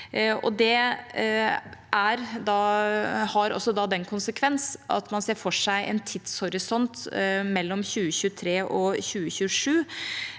Det har også den konsekvens at man ser for seg en tidshorisont mellom 2023 og 2027,